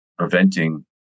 preventing